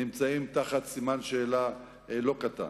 נמצאים תחת סימן שאלה לא קטן.